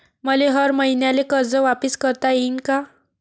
मले हर मईन्याले कर्ज वापिस करता येईन का?